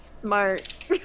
smart